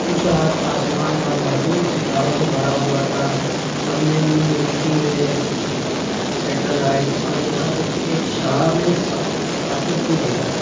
اس رات آسمان لامحدود ستاروں سے بھرا ہوا تھا ہم نے ملکی وے سیٹلائٹس اور یہاں تک کہ ایک شہاب ثاقب بھی دیکھا